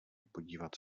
podívat